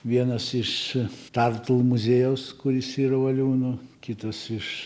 vienas iš tartulo muziejaus kuris yra valiūno kitas iš